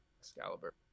Excalibur